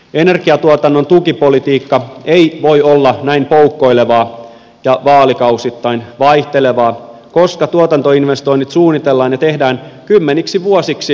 energiatuotannon tukipolitiikka ei voi olla näin poukkoilevaa ja vaalikausittain vaihtelevaa koska tuotantoinvestoinnit suunnitellaan ja tehdään kymmeniksi vuosiksi tulevaisuuteen